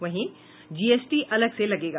वहीं जीएसटी अलग से लगेगा